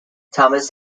thomas